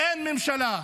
אין ממשלה.